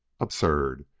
absurd!